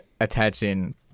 attaching